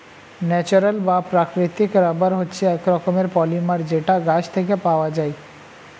natural বা প্রাকৃতিক rubber হচ্ছে এক রকমের পলিমার যেটা গাছ থেকে পাওয়া যায়